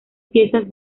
piezas